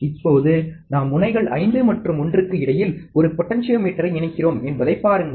இப்போது நாம் முனைகள் 5 மற்றும் 1 க்கு இடையில் ஒரு பொட்டென்டோமீட்டரை இணைக்கிறோம் என்பதைப் பாருங்கள்